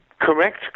Correct